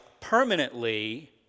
permanently